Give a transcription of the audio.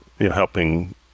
helping